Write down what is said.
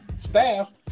staff